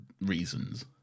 reasons